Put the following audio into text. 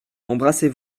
embrassez